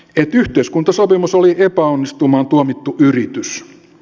yhteiskuntasopimus oli epäonnistumaan tuomittu yritys